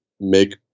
make